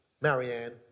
Marianne